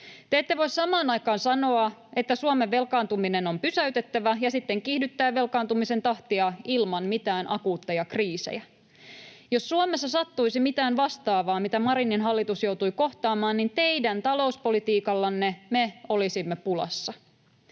Te ette voi samaan aikaan sanoa, että Suomen velkaantuminen on pysäytettävä, ja sitten kiihdyttää velkaantumisen tahtia ilman mitään akuutteja kriisejä. Jos Suomessa sattuisi mitään vastaavaa, mitä Marinin hallitus joutui kohtaamaan, niin teidän talouspolitiikallanne me olisimme pulassa.